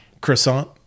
Croissant